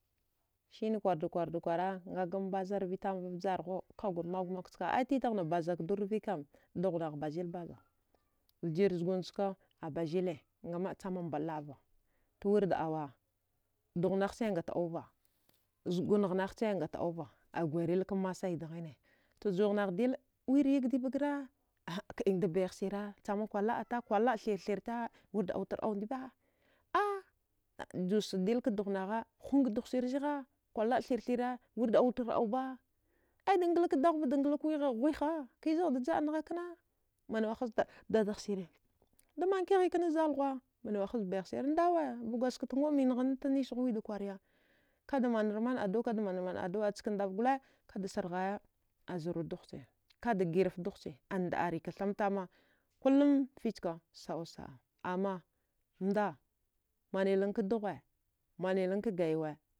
Sine kwarwuda kwara agambaza rvitamva vgharhuwau kagur magumagw ska ai titaghna bazakdu rvikam dughnagh bazil baza vjir zgunchka abazile ngamaə chama baəlaəva ai wirda awa dughnaghche ngat auva zgugh ghaghche ngat auva aguwairilka masai dghine juwaghnagh dile wiryagdaiba gra, aka ngda bayaghsira chamakwarlaəa ta kwarlaə thirthita wir autar au ndiba a justa dilka dughnagha hunga dughsirzigha kwarlaə thirthire wirda autar auba aidanglak daughva da nglakwigha ghuwiha kizaghda ja'angha kana wanwe has dadagh sire damakiyatkna zalthuwa manwe has bayagh sire ndawa ba wadjgaft ngwaəminaghta nisghuwa wida kwarya kada manraman aduwa kada manraman audwa aska davgole kada sarghaya kada zaru dughche kada giraf dughche andaəarika thamtama kullum fichka saəausaəa amma mda manilanka dughuwe manilanka gayuwe.